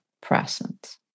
present